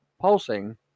pulsing